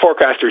forecasters